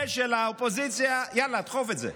זה של האופוזיציה, יאללה, דחוף את זה.